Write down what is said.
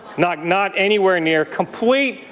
not not anywhere near. complete,